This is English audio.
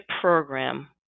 program